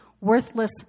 worthless